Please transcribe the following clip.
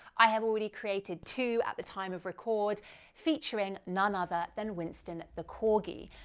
i have already created two at the time of record featuring none other than winston the corgi.